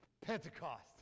Pentecost